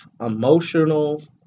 emotional